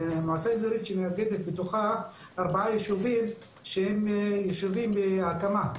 מועצה אזורית שמאגדת בתוכה ארבעה ישובים שהם ישובים בהקמה,